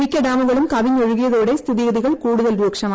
മിക്ക ഡാമുകളും കവിഞ്ഞൊഴുകിയതോടെ സ്ഥിതിഗതികൾ കൂടുതൽ രൂക്ഷമായി